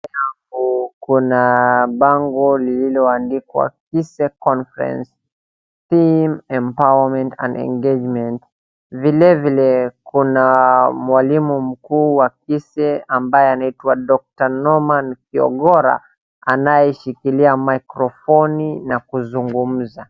Mbele yangu kuna bango lililoandikwa Kise conference, theme, empowerment and engagement vilevile kuna mwalimu mkuu wa Kise ambaye anaitwa Doctor Norman Kiogora anayeshikilia mikrofoni na kuzungumza.